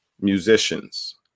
musicians